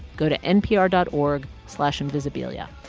go to npr dot org slash invisibilia.